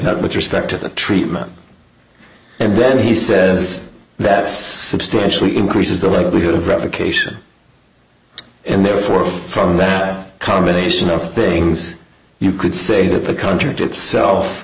with respect to the treatment and then he says that substantially increases the likelihood of revocation and therefore from that combination of things you could say that the contract itself